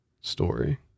story